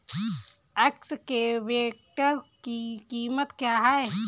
Excavator की कीमत क्या है?